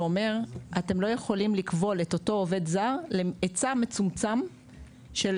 שאומר אתם לא יכולים לכבול את אותו עובד זמן להיצע מצומצם של